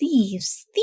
thieves